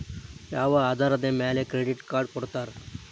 ಯಾವ ಆಧಾರದ ಮ್ಯಾಲೆ ಕ್ರೆಡಿಟ್ ಕಾರ್ಡ್ ಕೊಡ್ತಾರ?